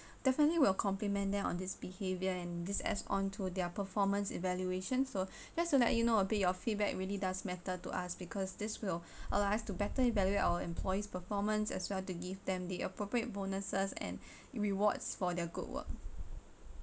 definitely will compliment them on this behavior in this add on to their performance evaluation so that's so let's you know a bit your feedback really does matter to us because this will allow us to better evaluate our employees performance as well to give them the appropriate bonuses and rewards for their good work